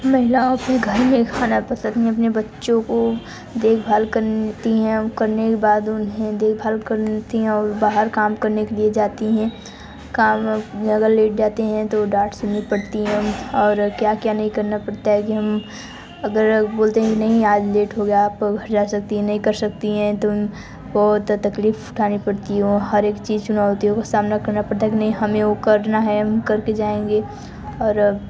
महिलाओं के घर में खाना पसंद अपने बच्चों को देख भाल करनी होती हैं करने के बाद उन्हें देख भाल करती हैं और बाहर काम करने के लिए जाती हैं काम अगर लेट जाते हैं तो डांट सुननी पड़ती है और क्या क्या नहीं करना पड़ता है कि हम अगर बोलते ही नहीं आज लेट हो गया आपको जा सकती हैं नहीं कर सकती हैं तुम बहुत तकलीफ़ उठानी पड़ती है और हर एक चीज़ चुनौती का सामना करना पड़ता है नहीं हमें वो करना है और हम कर के जाएंगे और